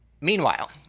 Meanwhile